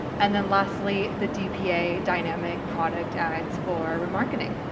and then lastly, the dpa. dynamic product ads for remarketing.